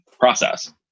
process